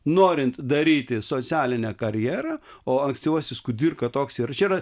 norint daryti socialinę karjerą o ankstyvasis kudirka toks yra čia yra